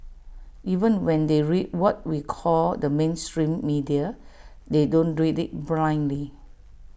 even when they read what we call the mainstream media they don't read IT blindly